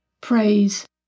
Praise